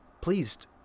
pleased